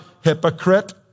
hypocrite